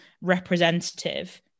representative